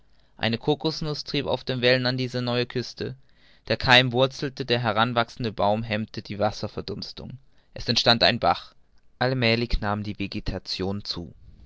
eine kokusnuß trieb auf den wellen an diese neue küste der keim wurzelte der heranwachsende baum hemmte die wasserverdünstung es entstand ein bach allmälig nahm die vegetation zu